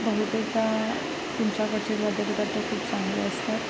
बहुतेकदा तुमच्याकडचे खाद्य पदार्थ खूप चांगले असतात